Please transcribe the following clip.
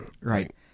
Right